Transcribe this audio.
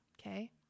Okay